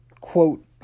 quote